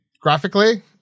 graphically